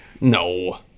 No